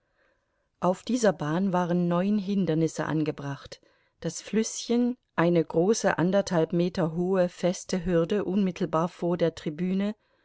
auf dieser bahn waren neun hindernisse angebracht das flüßchen eine große anderthalb meter hohe feste hürde unmittelbar vor der tribüne